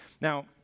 Now